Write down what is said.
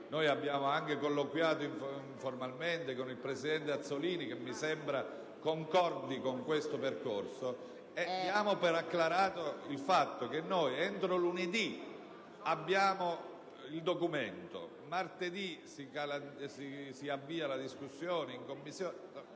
(abbiamo colloquiato informalmente con il presidente Azzollini, che mi sembra concordi con questo percorso) possiamo dare per acclarato il fatto che entro lunedì avremo il documento e che martedì si avvierà la discussione in Commissione.